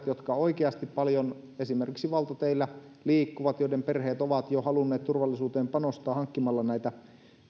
jotka oikeasti paljon esimerkiksi valtateillä liikkuvat joiden perheet ovat jo halunneet turvallisuuteen panostaa hankkimalla näitä